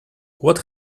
what